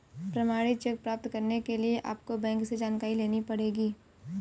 प्रमाणित चेक प्राप्त करने के लिए आपको बैंक से जानकारी लेनी पढ़ेगी